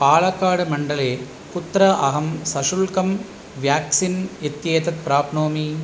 पाळकाड् मण्डले कुत्र अहं सशुल्कं व्याक्सीन् इत्येतत् प्राप्नोमि